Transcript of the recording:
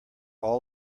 all